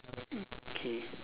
okay